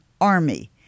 Army